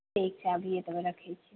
ठीक छै आबिए तऽ रखै छियै